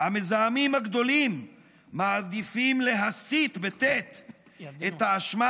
המזהמים הגדולים מעדיפים להסיט את האשמה